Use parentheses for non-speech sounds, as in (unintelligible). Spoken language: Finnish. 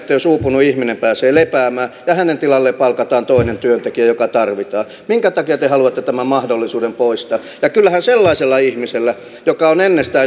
jos uupunut ihminen pääsee lepäämään ja hänen tilalleen palkataan toinen työntekijä joka tarvitaan minkä takia te haluatte tämän mahdollisuuden poistaa ja kyllähän sellaisella ihmisellä joka on jo ennestään (unintelligible)